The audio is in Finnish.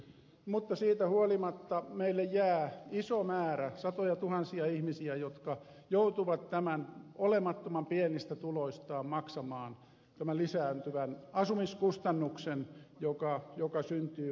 mutta siitä huolimatta meille jää iso määrä satojatuhansia ihmisiä jotka joutuvat olemattoman pienistä tuloistaan maksamaan tämän lisääntyvän asumiskustannuksen joka syntyy kaikille